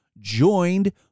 joined